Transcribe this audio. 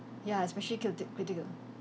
ya especially cilti~ critical